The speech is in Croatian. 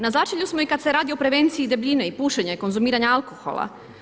Na začelju smo kada se radi o prevenciji debljine i pušenja i konzumiranja alkohola.